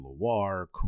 Loire